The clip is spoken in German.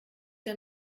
der